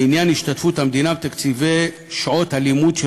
לעניין השתתפות המדינה בתקציבי שעות הלימוד של